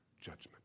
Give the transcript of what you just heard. judgment